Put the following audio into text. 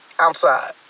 outside